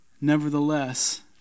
Nevertheless